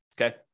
okay